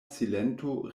silento